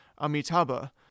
Amitabha